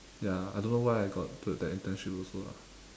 ya I don't know why I got to that internship also lah